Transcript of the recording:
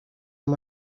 amb